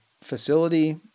facility